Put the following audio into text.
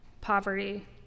poverty